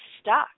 stuck